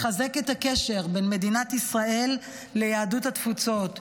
לחזק את הקשר בין מדינת ישראל ליהדות התפוצות,